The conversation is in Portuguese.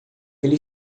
ele